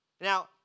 Now